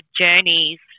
journeys